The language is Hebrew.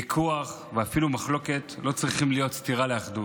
ויכוח ואפילו מחלוקת לא צריכים להיות סתירה לאחדות.